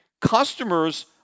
Customers